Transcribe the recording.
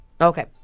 Okay